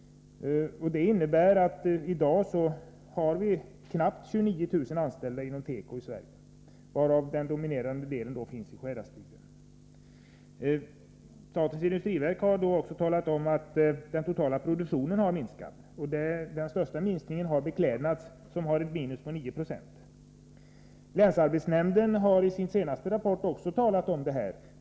Det innebär att vi i dag har knappt 29 000 anställda inom tekoområdet i Sverige, varav den dominerande delen finns i Sjuhäradsbygden. Statens industriverk har också talat om att den totala produktionen har minskat. Den största minskningen har skett inom beklädnadsområdet, där man har ett minus på 9 6. Länsarbetsnämnden har i sin senaste rapport också redovisat det här.